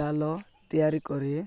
ଜାଲ ତିଆରି କରି